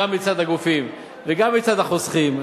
גם מצד הגופים וגם מצד החוסכים,